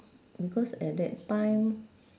because at that time